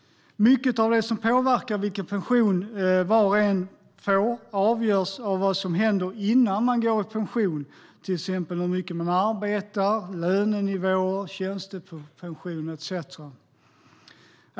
Mycket av det som påverkar vilken pension var och en får avgörs av vad som händer innan man går i pension, till exempel hur mycket man arbetar, lönenivåer, tjänstepension etcetera.